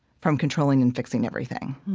from controlling and fixing everything